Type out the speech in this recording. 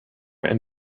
and